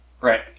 Right